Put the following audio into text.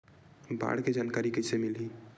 बाढ़ के जानकारी कइसे मिलही?